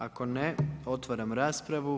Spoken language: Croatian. Ako ne, otvaram raspravu.